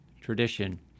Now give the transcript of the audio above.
tradition